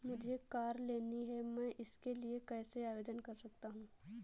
मुझे कार लेनी है मैं इसके लिए कैसे आवेदन कर सकता हूँ?